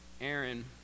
Aaron